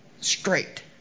straight